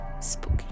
Spooky